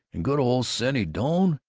and good ole senny doane!